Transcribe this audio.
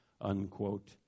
unquote